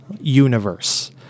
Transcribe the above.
Universe